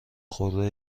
خورده